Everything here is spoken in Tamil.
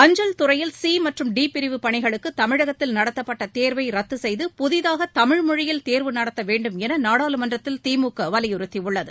அஞ்சல் துறையில் சி மற்றும் டி பிரிவு பணிகளுக்கு தமிழகத்தில் நடத்தப்பட்ட தேர்வை ரத்து செய்து புதிதாக தமிழ் மொழியில் தேர்வு நடத்த வேண்டும் என நாடாளுமன்றத்தில் திமுக வலியுறுத்தியுள்ளது